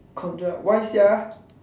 conjure why sia